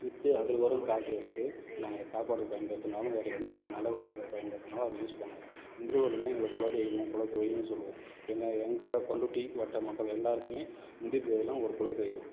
விற்று அதில் வரும் காச எடுத்து நாங்கள் சாப்பாடு பயன்படுத்துனாலும் வேறு எந்த க நல்லது கெட்டதுக்கு பயன்படுத்தினாலும் அது யூஸ் பண்ணுவோம் முந்திரி கொட்டைதான் எங்களுக்கு குலதெய்வம் குலத்தொழில்னு சொல்லுவோம் எங்கள் எங்கள் பண்ருட்டி வட்ட மக்கள் எல்லோருக்குமே முந்திரி தொழில்லாம் ஒரு குலதெய்வம்